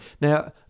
Now